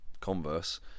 Converse